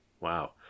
Wow